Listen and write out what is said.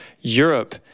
Europe